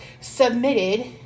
submitted